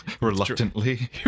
Reluctantly